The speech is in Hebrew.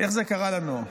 איך זה קרה לנו?